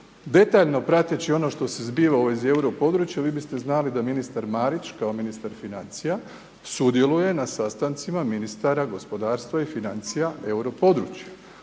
Detaljno prateći ono što se zbiva u vezi euro područja, vi biste znali da ministar Marić kao ministar financija sudjeluje na sastancima ministara gospodarstva i financija euro područja.